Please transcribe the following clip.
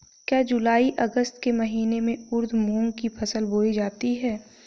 क्या जूलाई अगस्त के महीने में उर्द मूंग की फसल बोई जाती है?